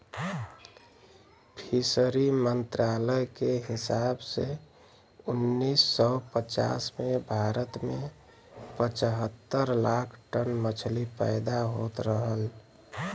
fishery मंत्रालय के हिसाब से उन्नीस सौ पचास में भारत में पचहत्तर लाख टन मछली पैदा होत रहल